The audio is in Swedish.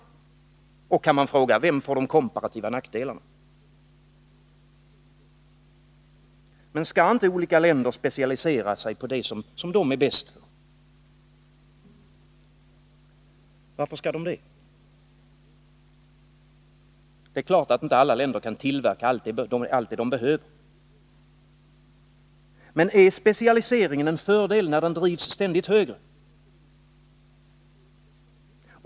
Och vem, kan man fråga, får de komparativa nackdelarna? Men skall inte olika länder specialisera sig på det som de är bäst för? Varför skall de det? Det är klart att inte alla länder kan tillverka allt det de behöver. Men är specialiseringen en fördel när den drivs ständigt högre?